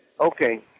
Okay